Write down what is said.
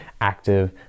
active